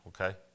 okay